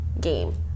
game